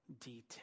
detail